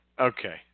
Okay